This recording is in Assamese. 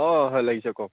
অঁ হয় লাগিছে কওক